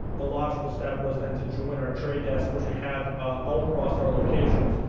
the logical step was then to join our trade desk, which we have ah all across our locations.